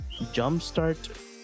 jumpstart